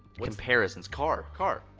comparisons. car. car!